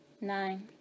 nine